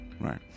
right